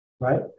right